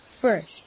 first